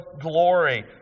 glory